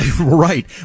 Right